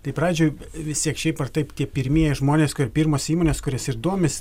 tai pradžioj vis tiek šiaip ar taip tie pirmieji žmonės kur pirmos įmonės kurios ir domis